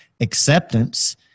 acceptance